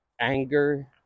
anger